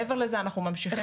מעבר לזה, אנחנו ממשיכים.